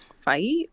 fight